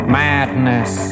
madness